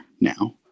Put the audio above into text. now